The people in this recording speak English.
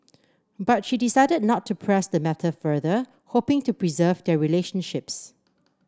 but she decided not to press the matter further hoping to preserve their relationships